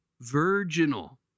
virginal